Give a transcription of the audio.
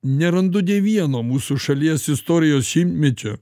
nerandu nė vieno mūsų šalies istorijos šimtmečio